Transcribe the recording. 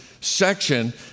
section